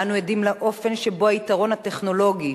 אנו עדים לאופן שבו היתרון הטכנולוגי,